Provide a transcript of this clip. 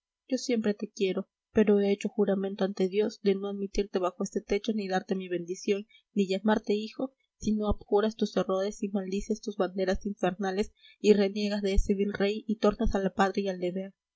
yo siempre te quiero pero he hecho juramento ante dios de no admitirte bajo este techo ni darte mi bendición ni llamarte hijo si no abjuras tus errores y maldices tus banderas infernales y reniegas de ese vil rey y tornas a la patria y al deber